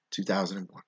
2001